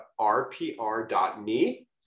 RPR.me